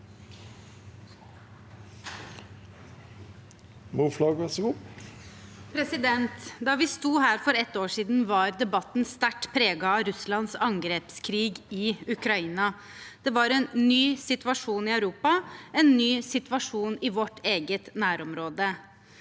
Da vi sto her for ett år siden, var debatten sterkt preget av Russlands angrepskrig i Ukraina. Det var en ny situasjon i Europa, en ny situasjon i vårt eget nærområde.